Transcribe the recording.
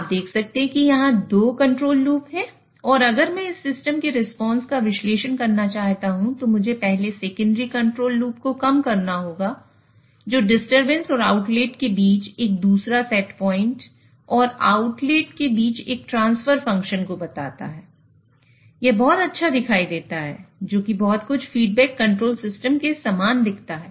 आप देख सकते हैं कि यहां 2 कंट्रोल लूप हैं और अगर मैं इस सिस्टम के रिस्पांस का विश्लेषण करना चाहता हूं तो मुझे पहले सेकेंडरी कंट्रोल लूप के समान दिखता है